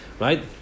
right